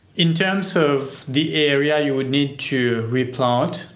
in terms of the area you would need to replant.